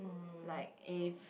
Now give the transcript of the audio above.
like a